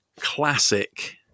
classic